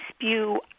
spew